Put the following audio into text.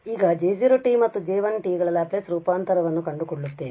ಆದ್ದರಿಂದ ನಾವು ಈಗ J0 ಮತ್ತು J1 ಗಳ ಲ್ಯಾಪ್ಲೇಸ್ ರೂಪಾಂತರವನ್ನು ಕಂಡುಕೊಳ್ಳುತ್ತೇವೆ